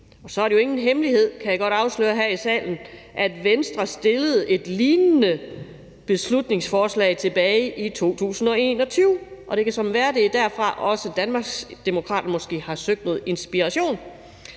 Og så er det jo ingen hemmelighed, kan jeg godt afsløre her i salen, at Venstre fremsatte et lignende beslutningsforslag tilbage i 2021, og det kan være, at det er derfra, Danmarksdemokraterne har søgt noget inspiration.